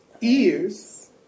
ears